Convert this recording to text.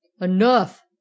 enough